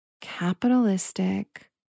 capitalistic